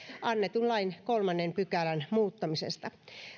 annetun lain kolmannen pykälän muuttamisesta